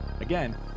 Again